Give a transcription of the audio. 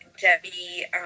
debbie